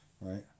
Right